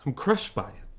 um crushed by